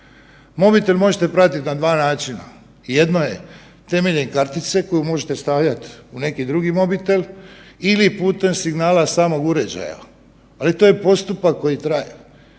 Mobitel možete pratiti na dva načina. Jedno je temeljem kartice koju možete stavljati u neki drugi mobitel ili putem signala samog uređaja, ali to je postupak koji traje.